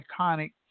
iconic